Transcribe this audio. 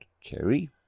cherry